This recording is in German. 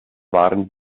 waren